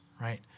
right